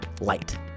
light